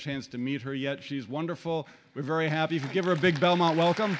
chance to meet her yet she's wonderful we're very happy to give her a big belmont welcome